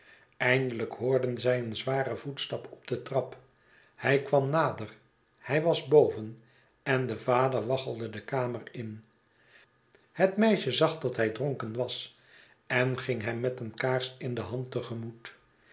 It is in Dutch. zij een z waren voetstap op de trap hij kwam nader hij was boven en de yader waggelde de kamer in het metaje zag dat hij dronken was en ging hem met ae kaars in de hand